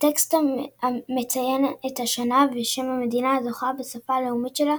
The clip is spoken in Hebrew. הטקסט מציין את השנה ושם המדינה הזוכה בשפה הלאומית שלה,